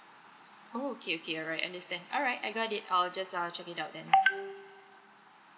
oh okay okay alright understand alright I got it I'll just err check it out then